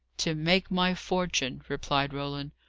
to make my fortune, replied roland.